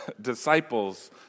disciples